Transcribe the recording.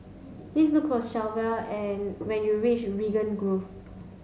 please look for Shelvia and when you reach Raglan Grove